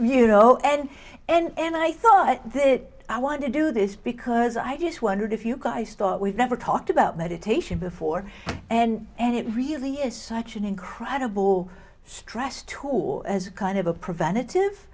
you know ed and i thought that i want to do this because i just wondered if you guys thought we've never talked about meditation before and and it really is such an incredible stress tool as a kind of a preventative